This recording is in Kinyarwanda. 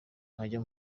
nkajya